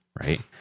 right